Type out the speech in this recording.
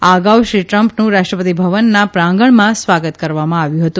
આ અગાઉ શ્રી ટ્રંપનું રાષ્ટ્રપતિભવનના પ્રાંગણમાં સ્વાગત કરવામાં આવ્યું હતું